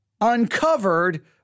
uncovered